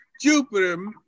Jupiter